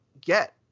get